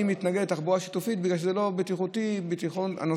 אני מתנגד לתחבורה שיתופית בגלל שזה לא בטיחותי לנוסע,